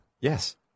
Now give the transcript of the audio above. Yes